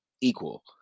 equal